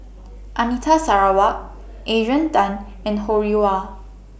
Anita Sarawak Adrian Tan and Ho Rih Hwa